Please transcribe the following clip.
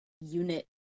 unit